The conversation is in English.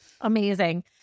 amazing